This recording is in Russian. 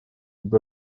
ибо